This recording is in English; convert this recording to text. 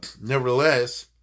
Nevertheless